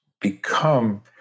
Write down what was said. become